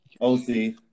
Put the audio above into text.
OC